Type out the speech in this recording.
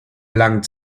lang